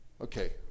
Okay